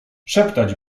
szeptać